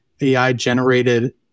AI-generated